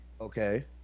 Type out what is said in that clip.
Okay